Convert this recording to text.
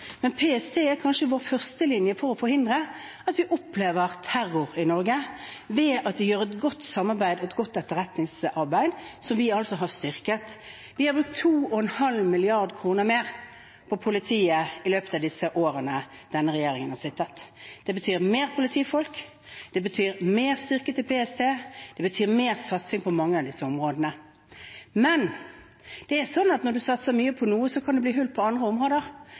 Men PST er kanskje vår førstelinje for å forhindre at vi opplever terror i Norge, ved at de har et godt samarbeid og et godt etterretningsarbeid, som vi altså har styrket. Vi har brukt 2,5 mrd. kr mer på politiet i løpet av de årene denne regjeringen har sittet. Det betyr flere politifolk, det betyr et styrket PST, det betyr mer satsing på mange av disse områdene. Men når man satser mye på noe, kan det bli hull på andre områder